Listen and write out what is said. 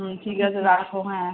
হুম ঠিক আছে রাখো হ্যাঁ